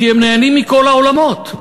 כי הם נהנים מכל העולמות,